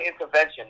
intervention